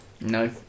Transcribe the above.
No